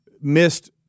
missed